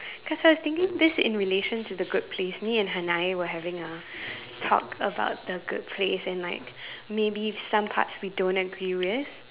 cause I was thinking this in relation to the good place me and Hanae were having a talk about the good place and like maybe some parts we don't agree with